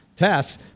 tests